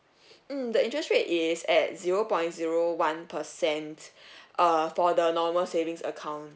mm the interest rate is at zero point zero one percent uh for the normal savings account